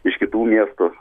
iš kitų miestų